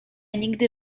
nigdy